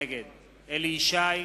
נגד אליהו ישי,